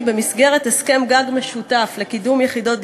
במסגרת הסכם-גג משותף לקידום יחידות דיור,